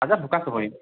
Azad Hokachapori